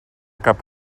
cap